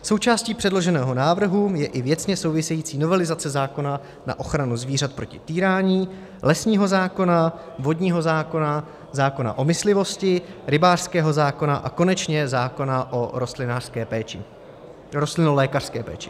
Součástí předloženého návrhu je i věcně související novelizace zákona na ochranu zvířat proti týrání, lesního zákona, vodního zákona, zákona o myslivosti, rybářského zákona a konečně zákona o rostlinolékařské péči.